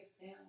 down